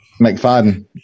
McFadden